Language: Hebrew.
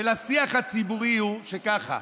של השיח הציבורי היא ככה: